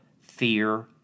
fear